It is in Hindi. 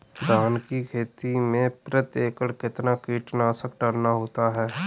धान की खेती में प्रति एकड़ कितना कीटनाशक डालना होता है?